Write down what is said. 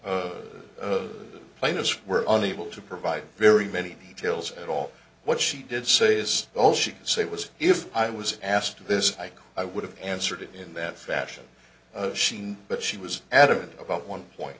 the plaintiffs were unable to provide very many details at all what she did say is all she could say was if i was asked this i i would have answered it in that fashion but she was adamant about one point